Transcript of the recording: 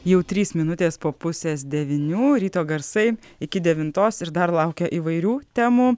jau trys minutės po pusės devynių ryto garsai iki devintos ir dar laukia įvairių temų